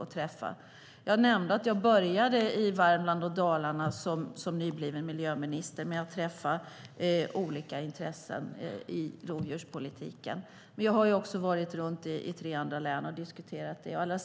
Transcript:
Jag nämnde att jag som nybliven miljöminister började i Värmland och Dalarna med att träffa olika intressen i rovdjurspolitiken. Jag har sedan varit i tre andra län och diskuterat detta.